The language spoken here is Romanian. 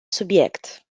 subiect